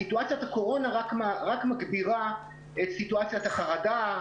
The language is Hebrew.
הסיטואציה של הקורונה רק מגבירה את סיטואציית החרדה,